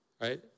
right